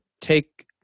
take